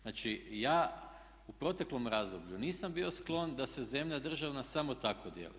Znači ja u proteklom razdoblju nisam bio sklon da se zemlje državna samo tako dijeli.